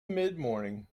midmorning